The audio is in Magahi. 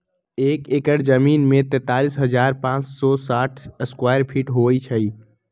एक एकड़ जमीन में तैंतालीस हजार पांच सौ साठ स्क्वायर फीट होई छई